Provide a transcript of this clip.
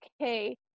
okay